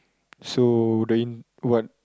so then what